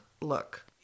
look